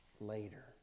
later